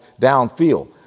downfield